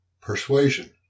Persuasion